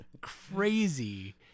crazy